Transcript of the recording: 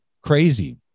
crazy